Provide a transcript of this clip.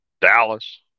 Dallas